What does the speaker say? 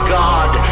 god